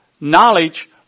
knowledge